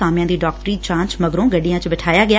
ਕਾਮਿਆ ਦੀ ਡਾਕਟਰੀ ਜਾਂਚ ਕਰਨ ਮਗਰੋਂ ਗੱਡੀ ਚ ਬਿਠਾਇਆ ਗਿਆ